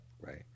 Right